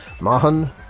Mahan